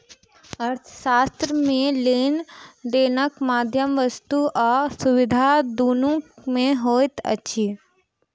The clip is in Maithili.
अर्थशास्त्र मे लेन देनक माध्यम वस्तु आ सुविधा दुनू मे होइत अछि